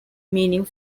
meaning